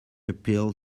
appeal